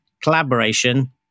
collaboration